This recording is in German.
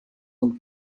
und